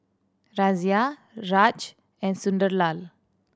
Razia Raj and Sunderlal